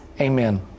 Amen